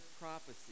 prophecy